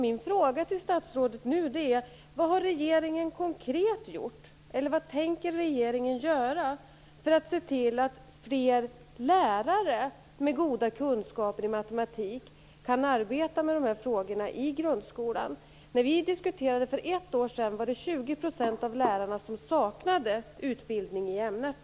Min fråga till statsrådet nu är: Vad har regeringen konkret gjort, eller vad tänker regeringen göra, för att se till att fler lärare med goda kunskaper i matematik kan arbeta med de här frågorna i grundskolan? När vi diskuterade frågan för ett år sedan var det 20 % av lärarna som saknade utbildning i ämnet.